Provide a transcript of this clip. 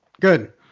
Good